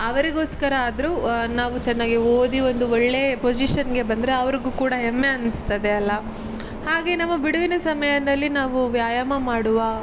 ಅವರಿಗೋಸ್ಕರ ಆದರೂ ನಾವು ಚೆನ್ನಾಗಿ ಓದಿ ಒಂದು ಒಳ್ಳೆಯ ಪೊಸಿಷನ್ನಿಗೆ ಬಂದರೆ ಅವ್ರಿಗೂ ಕೂಡ ಹೆಮ್ಮೆ ಅನಿಸ್ತದೆ ಅಲ್ಲಾ ಹಾಗೆ ನಮ್ಮ ಬಿಡುವಿನ ಸಮಯದಲ್ಲಿ ನಾವು ವ್ಯಾಯಾಮ ಮಾಡುವ